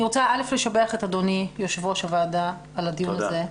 אני רוצה לשבח את אדוני יו"ר הוועדה על הדיון הזה.